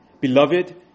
Beloved